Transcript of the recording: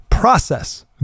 process